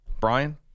Brian